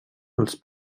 als